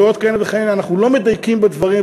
ועוד כהנה וכהנה, אנחנו לא מדייקים בדברים.